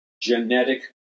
genetic